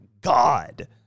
God